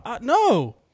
No